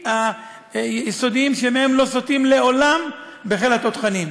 יסודיים שמהם לא סוטים לעולם בחיל התותחנים,